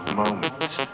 moments